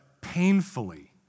painfully